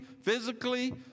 physically